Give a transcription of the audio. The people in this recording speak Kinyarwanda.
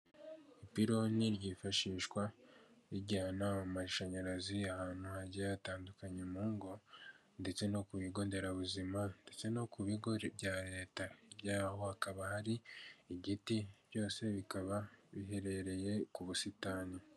Icyapa cyamamaza inzoga ya AMSTEL, hariho icupa ry'AMSTEL ripfundikiye, hakaba hariho n'ikirahure cyasutswemo inzoga ya AMSTEL, munsi yaho hari imodoka ikindi kandi hejuru yaho cyangwa k'uruhande rwaho hari inzu. Ushobora kwibaza ngo AMSTEL ni iki? AMSTEL ni ubwoko bw'inzoga busembuye ikundwa n'abanyarwanada benshi, abantu benshi bakunda inzoga cyangwa banywa inzoga zisembuye, bakunda kwifatira AMSTEL.